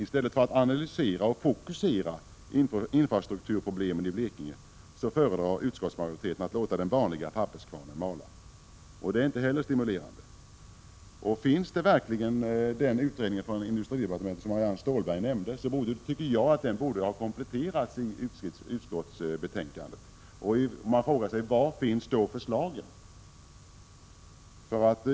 I stället för att analysera och fokusera infrastrukturproblemen i Blekinge föredrar utskottsmajoriteten att låta den vanliga papperskvarnen mala. Det är inte heller stimulerande. Finns verkligen den utredning från industridepartementet som Marianne Stålberg nämnde, tycker jag att den borde ha kompletterats i utskottsbetänkandet. Man frågar sig: Var finns förslagen?